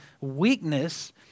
weakness